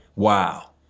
Wow